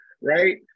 right